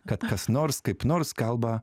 kad kas nors kaip nors kalba